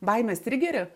baimės trigerį